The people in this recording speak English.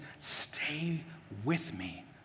stay-with-me